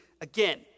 again